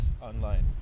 online